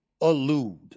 allude